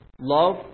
Love